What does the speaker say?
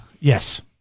Yes